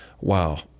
wow